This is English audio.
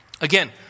Again